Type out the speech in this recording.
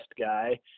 guy